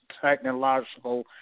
technological